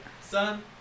son